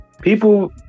people